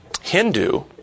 Hindu